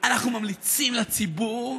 אנחנו ממליצים לציבור: